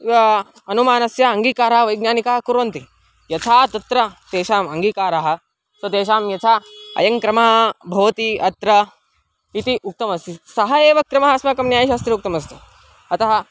अनुमानस्य अङ्गीकारः वैज्ञानिकाः कुर्वन्ति यथा तत्र तेषाम् अङ्गीकाराः स तेषां यथा अयं क्रमः भवति अत्र इति उक्तमस्ति सः एव क्रमः अस्माकं न्यायशास्त्रे उक्तमस्ति अतः